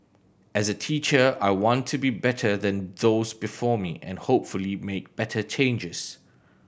as a teacher I want to be better than those before me and hopefully make better changes